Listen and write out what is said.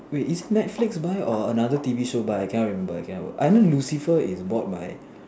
wait is it netflix buy or another T_V show buy I cannot remember I cannot remember I know Lucifer is bought by